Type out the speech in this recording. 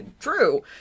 true